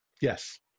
Yes